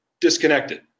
disconnected